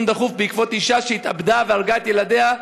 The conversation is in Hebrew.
דחוף על המקרה של אישה שהתאבדה והרגה את ילדיה,